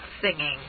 singing